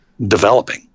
developing